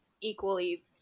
equally